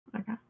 Okay